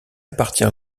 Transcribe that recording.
partir